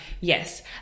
Yes